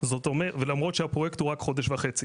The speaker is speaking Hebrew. ולמרות שהפרויקט הוא רק חודש וחצי,